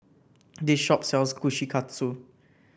this shop sells Kushikatsu